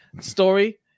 story